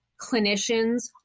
clinicians